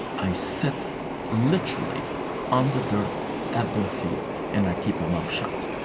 i sit literally on the dirt at their feet and i keep my mouth shut.